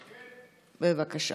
בבקשה.